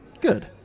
Good